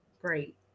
Great